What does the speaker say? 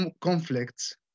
conflicts